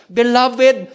Beloved